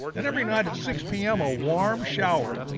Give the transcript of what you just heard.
and every night at six p m. a warm shower.